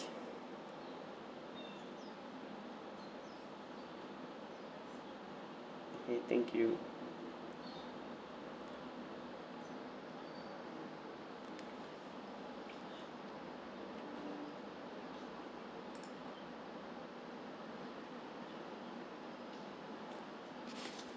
okay thank you